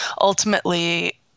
ultimately